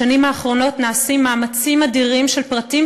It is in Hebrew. בשנים האחרונות נעשים מאמצים אדירים של פרטים